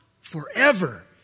Forever